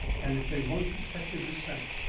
and if they once suspected this fact,